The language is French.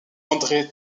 andré